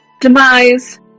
demise